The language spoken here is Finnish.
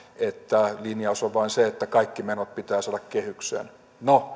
että linjaus on vain se että kaikki menot pitää saada kehykseen no